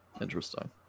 Interesting